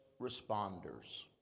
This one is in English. responders